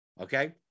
Okay